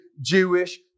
Jewish